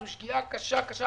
זו שגיאה קשה קשה.